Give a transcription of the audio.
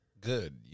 good